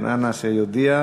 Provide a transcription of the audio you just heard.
אנא שיודיע.